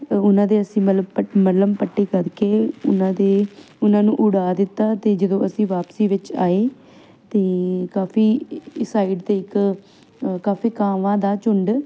ਉਹਨਾਂ ਦੀ ਅਸੀਂ ਮਲਮ ਪਟ ਮੱਲਮ ਪੱਟੀ ਕਰਕੇ ਉਹਨਾਂ ਦੇ ਉਹਨਾਂ ਨੂੰ ਉਡਾ ਦਿੱਤਾ ਅਤੇ ਜਦੋਂ ਅਸੀਂ ਵਾਪਸੀ ਵਿੱਚ ਆਏ ਤਾਂ ਕਾਫੀ ਸਾਈਡ 'ਤੇ ਇੱਕ ਕਾਫੀ ਕਾਂਵਾਂ ਦਾ ਝੁੰਡ